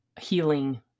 healing